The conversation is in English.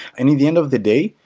and the the end of the day,